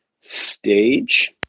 stage